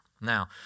Now